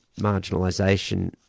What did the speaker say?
marginalisation